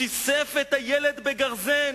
שיסף את הילד בגרזן.